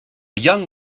young